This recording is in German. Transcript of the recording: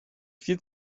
viel